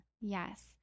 Yes